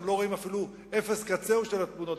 אנחנו לא רואים אפילו אפס קצהו של התמונות.